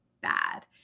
bad